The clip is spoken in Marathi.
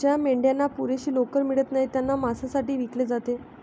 ज्या मेंढ्यांना पुरेशी लोकर मिळत नाही त्यांना मांसासाठी विकले जाते